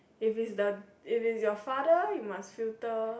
if is the if is your father you must filter